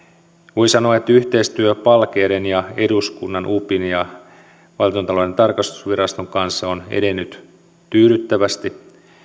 voi sanoa että yhteistyö palkeiden ja eduskunnan upin ja valtiontalouden tarkastusviraston kanssa on edennyt tyydyttävästi